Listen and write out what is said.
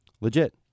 Legit